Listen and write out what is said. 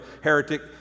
heretic